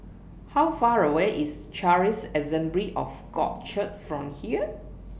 How Far away IS Charis Assembly of God Church from here